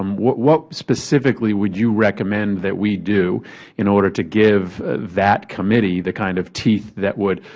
um what what specifically would you recommend that we do in order to give ah that committee that kind of teeth that would,